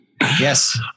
Yes